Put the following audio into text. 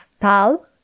tal